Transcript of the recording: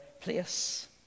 place